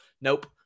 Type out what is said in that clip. Nope